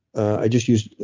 i just used,